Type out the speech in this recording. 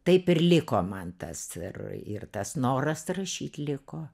taip ir liko man tas ir ir tas noras rašyt liko